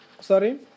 Sorry